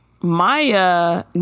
Maya